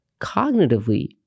cognitively